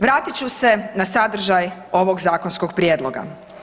Vratit ću se na sadržaj ovog zakonskog prijedloga.